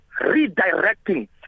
redirecting